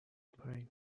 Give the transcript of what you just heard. پایین